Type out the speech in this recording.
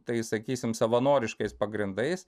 tai sakysim savanoriškais pagrindais